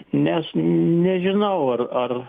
nes nežinau ar ar